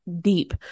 deep